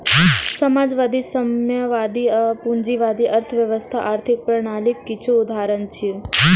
समाजवादी, साम्यवादी आ पूंजीवादी अर्थव्यवस्था आर्थिक प्रणालीक किछु उदाहरण छियै